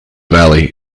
valley